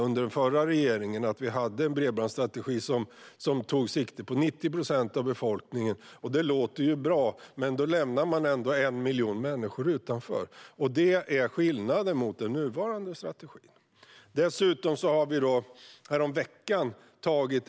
Under den förra regeringen tog bredbandsstrategin sikte på 90 procent av befolkningen. Det låter ju bra, men man lämnade 1 miljon människor utanför. Det är skillnaden mellan den tidigare och den nuvarande strategin.